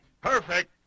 perfect